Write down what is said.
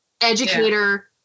educator